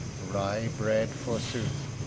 rye bread, forsooth!